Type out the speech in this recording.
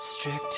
strict